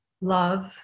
love